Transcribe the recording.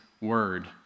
word